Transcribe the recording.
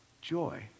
joy